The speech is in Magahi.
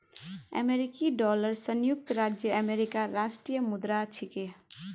अमेरिकी डॉलर संयुक्त राज्य अमेरिकार राष्ट्रीय मुद्रा छिके